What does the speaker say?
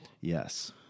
Yes